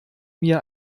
mir